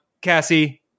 Cassie